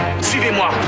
suivez-moi